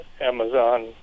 Amazon